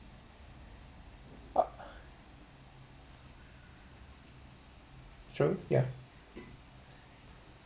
a~ true ya